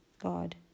God